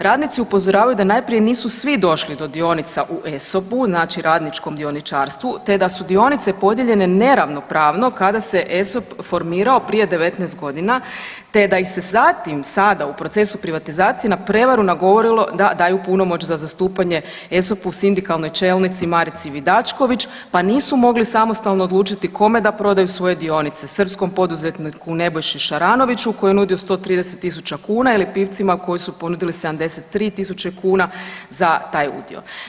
Radnici upozoravaju da najprije nisu svi došli do dionica u ESOP-u, znači radničkom dioničarstvu te da su dionice podijeljene neravnopravno kada se ESOP formirao prije 19 godina te da ih se zatim sada u procesu privatizacije na prevaru nagovorilo da daju punomoć za zastupanje ESOP-u, sindikalnoj čelnici Marici Vidačković, pa nisu mogli samostalno odlučiti kome da prodaju svoje dionice, srpskom poduzetniku Nebojši Šaranoviću koji je nudio 130 tisuća kuna ili Pivcima koji su ponudili 73 tisuće kuna za taj udio.